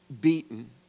beaten